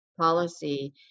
policy